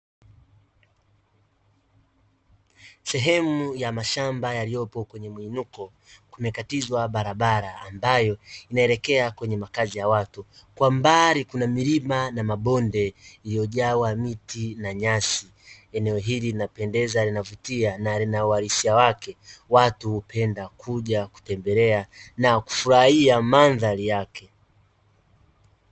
Sehemu ya mashamba yaliyopo kwenye muinuko kumekatizwa barabara ambayo inaelekea kwenye makazi ya watu, kwa mbali kuna milima na mabonde yaliyojawa miti na nyasi, eneo hili linapendeza linavutia na lina uharisia wake watu hupenda kuja kutembelea na kufurahia mandhari yake.